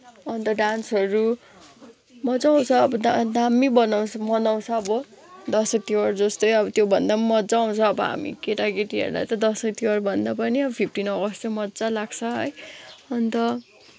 अन्त डान्सहरू मजा आउँछ अब दा दामी बनाउँछ मनाउँछ अब दसैँ तिहार जस्तै अब त्योभन्दा पनि मजा आउँछ अब हामी केटाकेटीहरूलाई त दसैँ तिहारभन्दा पनि अब फिफ्टिन अगस्त चाहिँ मजा लाग्छ है अन्त